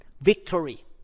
victory